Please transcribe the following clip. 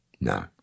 No